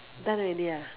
done already ah